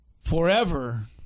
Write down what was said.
forever